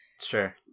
Sure